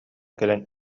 кэлэн